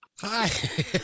Hi